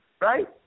right